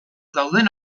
dauden